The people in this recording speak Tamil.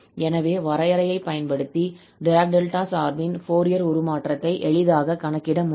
எனவே வரையறையை பயன்படுத்தி டிராக் டெல்டா சார்பின் ஃபோரியர் உருமாற்றத்தை எளிதாக கணக்கிட முடியும்